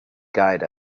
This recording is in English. guide